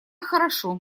хорошо